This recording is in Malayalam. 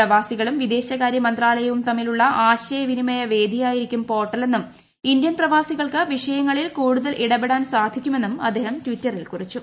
പ്രവാസികളും വിദേശകാര്യമന്ത്രാലയവും തമ്മിലുള്ള ആശയവിനിമയവേദിയായിരിക്കും പോർട്ടൽ എന്നും ഇന്ത്യൻ പ്രവാസികൾക്ക് വിഷയങ്ങളിൽ കൂടുതൽ ഇടപെടാൻ സാധിക്കുമെന്നും അദ്ദേഹം ട്വിറ്ററിൽ കുറിച്ചു